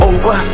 Over